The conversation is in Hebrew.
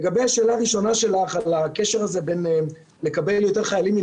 לגבי השאלה הראשונה שלך על הקשר בין לקבל יותר חיילים עם